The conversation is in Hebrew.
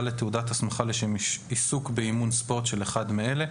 לתעודת הסמכה לשם עיסוק באימון ספורט של אחד מאלה,